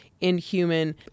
inhuman